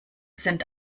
sind